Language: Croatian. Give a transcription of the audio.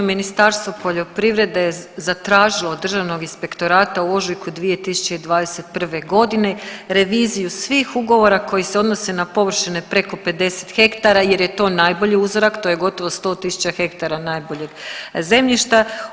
Ministarstvo poljoprivrede je zatražilo od Državnog inspektorata u ožujku 2021. godine reviziju svih ugovora koji se odnose na površine preko 50 ha jer je to najbolji uzorak, to je gotovo 100 000 ha najboljeg zemljišta.